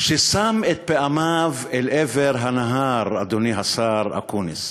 ששם את פעמיו אל עבר הנהר, אדוני השר אקוניס,